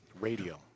radio